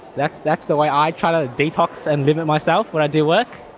that's that's the way i try to detox and limit myself when i do work.